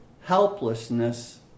helplessness